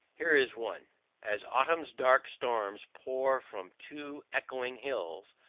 here is one as autumn's dark storms pour from two echoing hills,